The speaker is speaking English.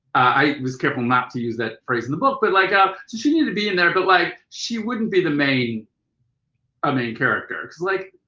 i was careful not to use that phrase in the book. but like ah so she needed to be in there but like she wouldn't be the main a main character, because like,